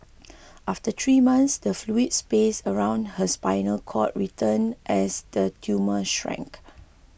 after three months the fluid space around her spinal cord returned as the tumour shrank